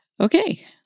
Okay